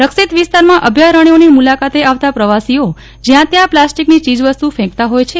રક્ષીત વિસ્તારમાં અભ્યારણ્યોની મુલાકાતે આવતા પવાસીઓ જયાં ત્યાં પ્લાસ્ટીકનો ચીજ વસ્તુ ફકતા હોય છે